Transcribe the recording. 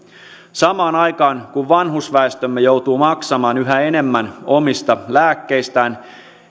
samaan aikaan kun vanhusväestömme joutuu maksamaan yhä enemmän omista lääkkeistään